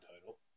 title